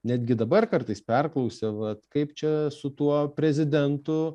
netgi dabar kartais perklausia vat kaip čia su tuo prezidentu